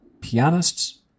pianists